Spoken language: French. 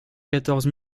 quatorze